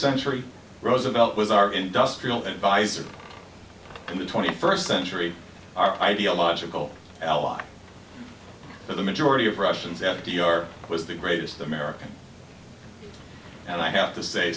century roosevelt was our industrial advisor in the twenty first century our ideological ally for the majority of russians f d r was the greatest american and i have to say